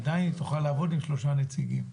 עדיין היא תוכל לעבוד עם שלושה נציגים.